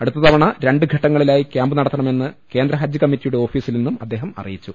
അടുത്ത തവണ രണ്ട് ഘട്ടങ്ങളിലായി ക്യാമ്പ് നടത്തണമെന്ന് കേന്ദ്ര ഹജ്ജ് കമ്മിറ്റിയുടെ ഓഫീസിൽ നിന്നും അദ്ദേഹം അറി യിച്ചു